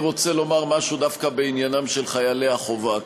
אני רוצה לומר משהו דווקא בעניינם של חיילי החובה,